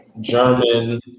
German